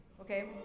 okay